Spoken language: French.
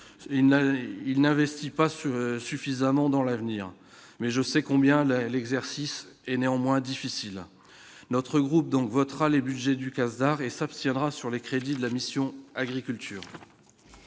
il n'investit pas sur suffisamment dans l'avenir, mais je sais combien la l'exercice est néanmoins difficile notre groupe donc votera les budget du quasar et s'abstiendra sur les crédits de la mission Agriculture.